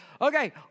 okay